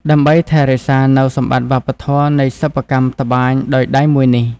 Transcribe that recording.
ដើម្បីថែរក្សានូវសម្បត្តិវប្បធម៏នៃសិប្បកម្មត្បាញដោយដៃមួយនេះ។